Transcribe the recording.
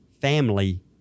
family